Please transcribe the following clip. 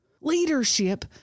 Leadership